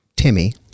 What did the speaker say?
Timmy